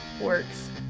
works